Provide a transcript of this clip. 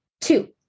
Two